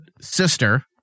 Sister